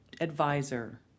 advisor